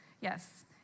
Yes